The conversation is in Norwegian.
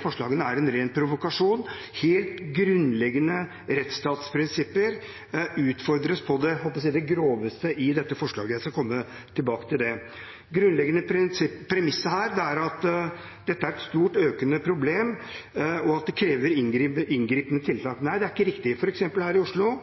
av forslagene er en ren provokasjon. Helt grunnleggende rettsstatsprinsipper utfordres på det groveste i dette forslaget. Jeg skal komme tilbake til det. Det grunnleggende premisset her er at dette er et stort økende problem, og at det krever inngripende tiltak. Nei, det er ikke riktig. Her i Oslo